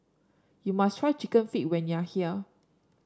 you must try chicken feet when you are here